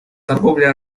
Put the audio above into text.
торговле